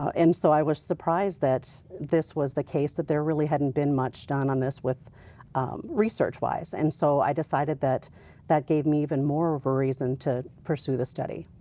ah and so i was surprised that this was the case, that there really hadn't been much done on this with research-wise and so so i decided that that gave me even more of a reason to pursue the study.